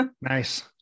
nice